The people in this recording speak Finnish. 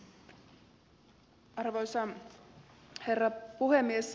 arvoisa herra puhemies